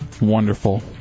Wonderful